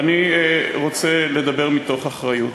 ואני רוצה לדבר מתוך אחריות.